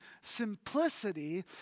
simplicity